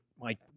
Mike